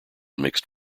mixed